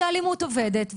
שאלימות עובדת,